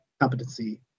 competency